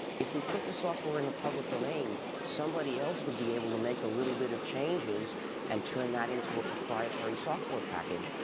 if we put the software in the public domain, somebody else would be able to make a little bit of changes and turn that into a proprietory software package,